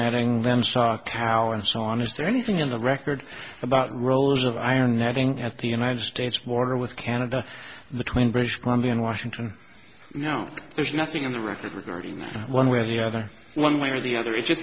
netting then stark hour and so on is there anything in the record about rolls of iron netting at the united states border with canada between british columbia and washington no there's nothing in the record one way or the other one way or the other it just